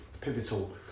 pivotal